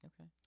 Okay